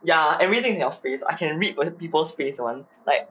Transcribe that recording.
ya everything your face I can read with people's face [one] like